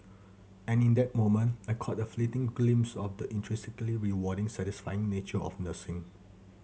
and in that moment I caught a fleeting glimpse of the intrinsically rewarding satisfying nature of nursing